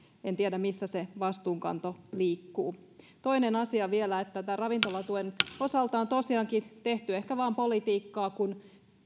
en tiedä missä se vastuunkanto liikkuu toinen asia vielä tämän ravintolatuen osalta on tosiaankin tehty ehkä vain politiikkaa kun